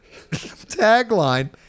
tagline